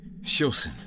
Shilson